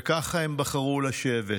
וככה הם בחרו לשבת.